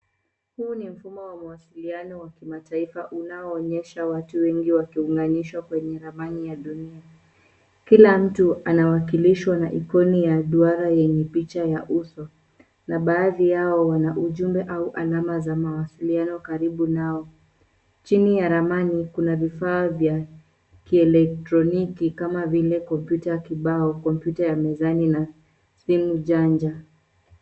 Huu ni mfumo wa mawasiliano wa kimataifa unaonyesha watu wengi wakiunganishwa kwenye ramani ya dunia. Kila mtu anawakilishwa na ikoni ya duara yenye picha ya uso na baadhi yao wana ujumbe au alama za mawasiliano karibu nao. Chini ya ramani kuna vifaa vya kielektroniki kama vile kompyuta ya kibao, kompyuta ya mezani na simu janja.